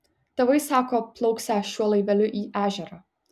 tėvai sako plauksią šiuo laiveliu į ežerą